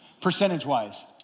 percentage-wise